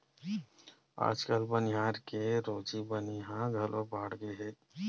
आजकाल बनिहार के रोजी बनी ह घलो बाड़गे हे